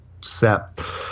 set